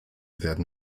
werden